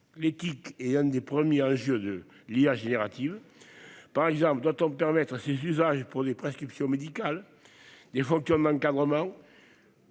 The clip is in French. L'éthique est un des premiers enjeux de l'intelligence artificielle générative. Par exemple, doit-on permettre ses usages pour des prescriptions médicales, des fonctions d'encadrement